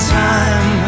time